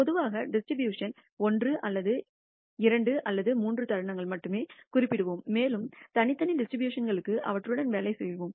பொதுவாக டிஸ்ட்ரிபூஷணனின் 1 அல்லது 2 அல்லது 3 தருணங்களை மட்டுமே குறிப்பிடுவோம் மேலும் தனித்தனி டிஸ்ட்ரிபியூஷன்களுக்கு அவற்றுடன் வேலை செய்வோம்